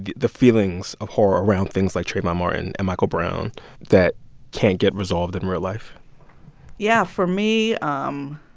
the feelings of horror around things like trayvon martin and michael brown that can't get resolved in real life yeah. for me, um